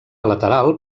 lateral